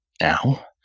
now